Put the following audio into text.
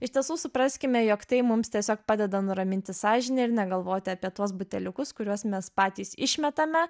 iš tiesų supraskime jog tai mums tiesiog padeda nuraminti sąžinę ir negalvoti apie tuos buteliukus kuriuos mes patys išmetame